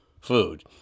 food